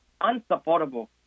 unsupportable